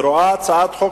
ורואה הצעת חוק